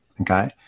okay